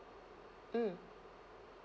mm